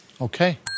Okay